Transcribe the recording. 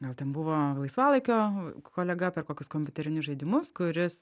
gal ten buvo laisvalaikio kolega per kokius kompiuterinius žaidimus kuris